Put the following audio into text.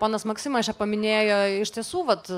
ponas maksimas čia paminėjo iš tiesų vat